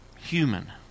human